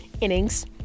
innings